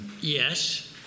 Yes